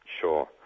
Sure